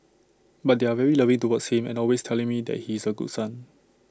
but they are very loving towards him and always telling me that he is A good son